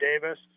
Davis